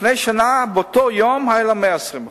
לפני שנה, באותו היום היו להם 120%,